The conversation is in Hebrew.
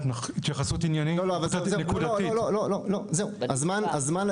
אנחנו סיימנו את